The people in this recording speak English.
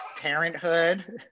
parenthood